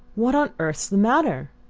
what on earth's the matter?